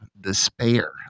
despair